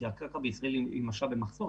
כי הקרקע בישראל היא משאב במחסור,